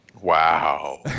Wow